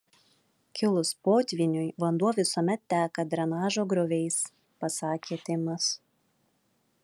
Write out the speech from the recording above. kilus potvyniui vanduo visuomet teka drenažo grioviais pasakė timas